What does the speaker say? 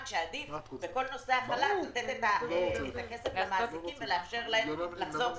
שעדיף בכל נושא החל"ת לתת את הכסף למעסיקים ולאפשר להם לחזור.